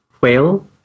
Whale